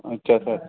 अच्छा सर